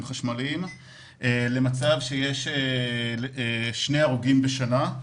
חשמליים למצב שיש לפחות שני הרוגים בשנה.